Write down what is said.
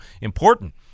important